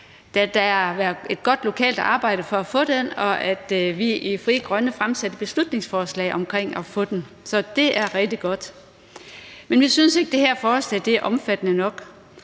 har været et godt lokalt arbejde for at få den, og vi i Frie Grønne fremsatte et beslutningsforslag om at få den. Så det er rigtig godt. Men vi synes ikke, at det her forslag er omfattende nok.